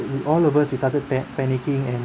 all of us we started pan~ panicking and